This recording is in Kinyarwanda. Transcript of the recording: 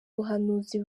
buhanuzi